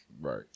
right